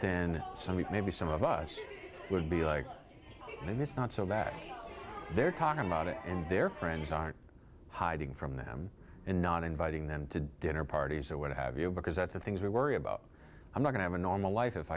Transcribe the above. then something maybe some of us would be like and it's not so bad they're talking about it and their friends are hiding from them and not inviting them to dinner parties or what have you because that's the things we worry about i'm going to have a normal life if